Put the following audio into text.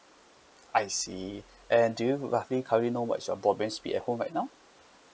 I see and do you know roughly currently know what is your broadband speed at home right now